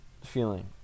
feeling